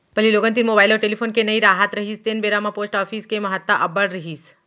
पहिली लोगन तीर मुबाइल अउ टेलीफोन के नइ राहत रिहिस तेन बेरा म पोस्ट ऑफिस के महत्ता अब्बड़ रिहिस